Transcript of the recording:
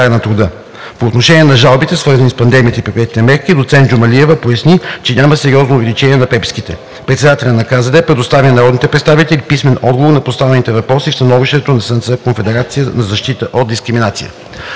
По отношение на жалбите, свързани с пандемията и предприетите мерки, доцент Джумалиева поясни, че няма сериозно увеличение на преписките. Председателят на КЗД предостави на народните представители писмен отговор на поставените въпроси в становището на СНЦ „Конфедерация за защита от дискриминацията“.